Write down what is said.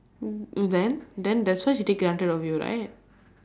then then that's why she take advantage of you right